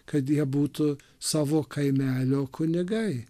kad jie būtų savo kaimelio kunigai